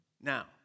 Now